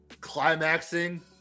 climaxing